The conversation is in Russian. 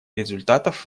результатов